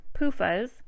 PUFAs